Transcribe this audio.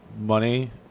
money